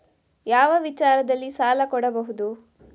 ಯಾವ ವಿಚಾರದಲ್ಲಿ ಸಾಲ ಕೊಡಬಹುದು?